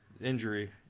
injury